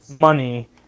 money